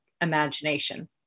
Imagination